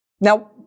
Now